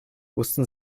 wussten